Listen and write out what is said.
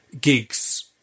gigs